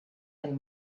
del